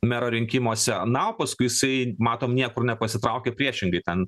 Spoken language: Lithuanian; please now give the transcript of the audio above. mero rinkimuose anapus kai jisai matom niekur nepasitraukė priešingai ten